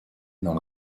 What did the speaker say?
dans